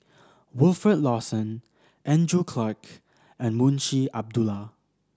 Wilfed Lawson Andrew Clarke and Munshi Abdullah